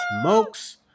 smokes